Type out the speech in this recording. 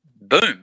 boom